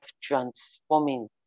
transforming